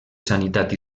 sanitat